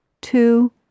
two